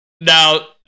Now